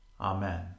Amen